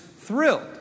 thrilled